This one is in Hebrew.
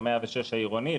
ל-106 העירוני,